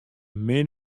min